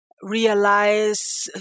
realize